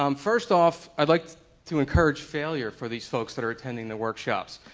um first off i'd like to encourage failure for these folks that are attending the workshops.